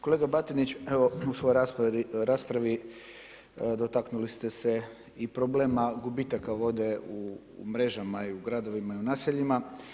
Kolega Batinić, evo u svojoj raspravi dotaknuli ste se i problema gubitaka vode u mrežama u gradovima i naseljima.